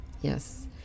Yes